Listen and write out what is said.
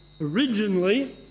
originally